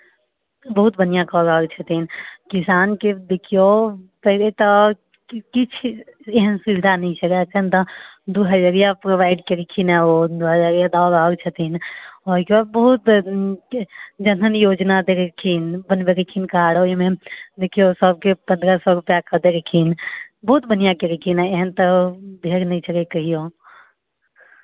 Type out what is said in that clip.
हूँ हूँ बहुत बढ़िआँ कऽ रहल छथिन किसानके देखिऔ पहिले तऽ किछु एहन सु विधा नहि छलैया एखन तऽ दू हजरिया प्रोबाइड केलखिन हँ ओ दू हजरिया दऽ रहल छथिन ओहिके बहुत जनधन योजना देलखिन बनबेलखिन कार्ड ओहिमे देखिऔ सबके पन्द्रह सए रुपआ कऽ देलखिन बहुत बढ़िआँ केलखिन एहन तऽ भेल नहि छलै कहिओ